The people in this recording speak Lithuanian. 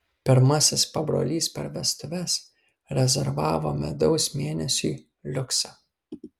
pirmasis pabrolys per vestuves rezervavo medaus mėnesiui liuksą